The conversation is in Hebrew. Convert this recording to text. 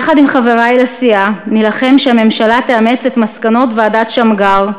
יחד עם חברי לסיעה נילחם שהממשלה תאמץ את מסקנות ועדת שמגר,